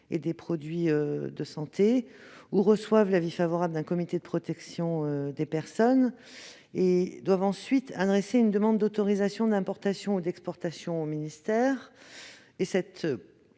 et des produits de santé, l'ANSM, ou l'avis favorable d'un comité de protection des personnes (CPP). Ils doivent ensuite adresser une demande d'autorisation d'importation ou d'exportation au ministère.